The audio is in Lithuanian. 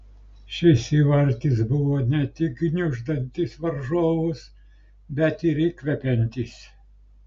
šis įvartis buvo ne tik gniuždantis varžovus bet ir įkvepiantis